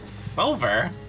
Silver